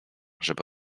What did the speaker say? żeby